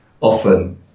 often